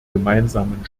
gemeinsamen